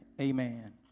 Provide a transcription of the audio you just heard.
Amen